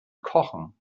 kochen